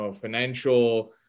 financial